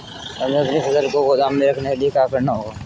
हमें अपनी फसल को गोदाम में रखने के लिये क्या करना होगा?